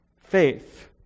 Faith